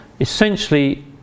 essentially